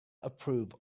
approve